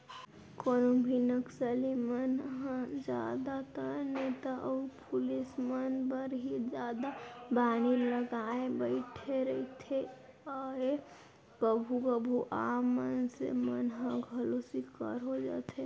कोनो भी नक्सली मन ह जादातर नेता अउ पुलिस मन बर ही जादा बानी लगाय बइठे रहिथे ए कभू कभू आम मनसे मन ह घलौ सिकार होई जाथे